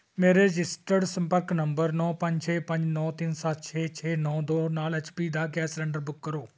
ਮੇਰੇ ਰਜਿਸਟਰਡ ਸੰਪਰਕ ਨੰਬਰ ਨੌਂ ਪੰਜ ਛੇ ਪੰਜ ਨੌਂ ਤਿੰਨ ਸੱਤ ਛੇ ਛੇ ਨੌਂ ਦੋ ਨਾਲ ਐੱਚ ਪੀ ਦਾ ਗੈਸ ਸਿਲੰਡਰ ਬੁੱਕ ਕਰੋ